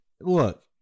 look